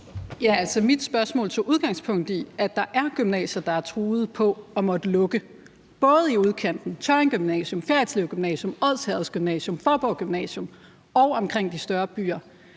: Altså, mit spørgsmål tog udgangspunkt i, at der er gymnasier, der er truet og risikerer at måtte lukke, både i udkanten – Tørring Gymnasium, Fjerritslev Gymnasium. Odsherreds Gymnasium, Faaborg Gymnasium – og omkring de større byer;